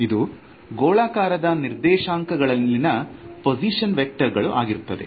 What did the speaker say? ಇದು ಗೋಳಾಕಾರದ ನಿರ್ದೇಶಾಂಕ ಗಳಲ್ಲಿನ ಪೋಸಿಶನ್ ವೆಕ್ಟರ್ ಆಗಿರುತ್ತದೆ